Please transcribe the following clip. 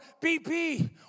bp